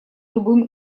любым